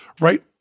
right